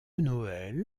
noël